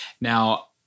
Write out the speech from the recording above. now